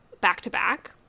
back-to-back